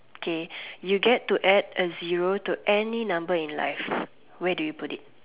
okay you get to add a zero to any number in life where do you put it